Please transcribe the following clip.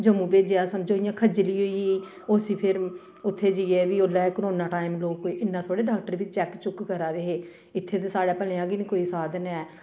जम्मू भेजेआ समझो इ'यां खज्जली होई उसी फिर उत्थें जाइयै बी ओल्लै करोना टाईम कोई इन्ना थोह्ड़ा डॉक्टर चेक चुक्क करा दे हते इत्थें ते साढ़े भलेआं गै निं कोई साधन ऐ